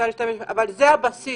אבל זה הבסיס,